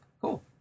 Cool